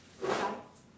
bye bye